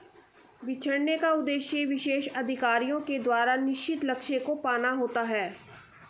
बिछड़ने का उद्देश्य विशेष अधिकारी के द्वारा निश्चित लक्ष्य को पाना होता है